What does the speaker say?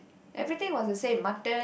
everything was the same mutton